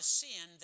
sin